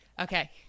Okay